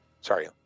Sorry